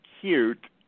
cute